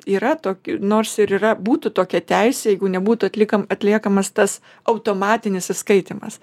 yra tok nors ir yra būtų tokia teisė jeigu nebūtų atlikam atliekamas tas automatinis įskaitymas